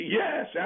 yes